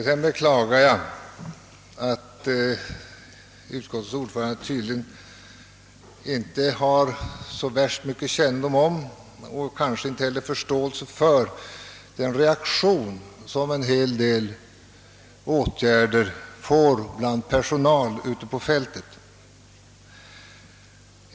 Vidare beklagar jag att utskottets ordförande tydligen inte har så särskilt stor kännedom om och kanske inte heller så stor förståelse för den reaktion som en hel del åtgärder får hos personalen ute på fältet.